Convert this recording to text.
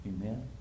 Amen